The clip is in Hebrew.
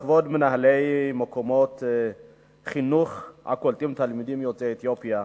לכבוד מנהלי מקומות חינוך הקולטים תלמידים יוצאי אתיופיה.